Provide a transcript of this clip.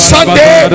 Sunday